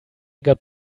got